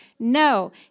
No